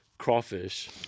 crawfish